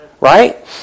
right